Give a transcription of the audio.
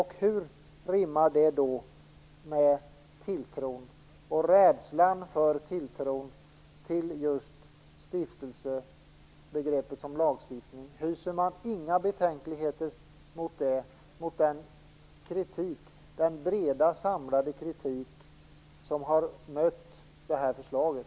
Hur rimmar det med behovet av tilltro och med rädslan för minskad tilltro till just stiftelsebegreppet i lagstiftningen? Hyser man inga betänkligheter inför den breda, samlade kritik som har mött förslaget?